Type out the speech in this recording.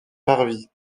parvis